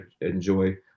enjoy